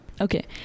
Okay